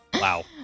Wow